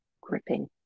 gripping